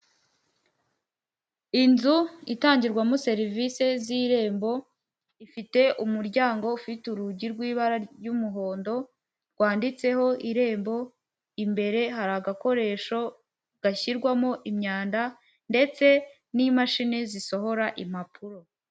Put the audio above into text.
Inzu itangirwamo serivisi z'irembo, ifite umuryango ufite urugi rw'ibara ry'umuhondo rwanditseho irembo, imbere hari agakoresho gashyirwamo imyanda ndetse n'imashini zisohora impapuro.